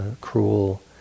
cruel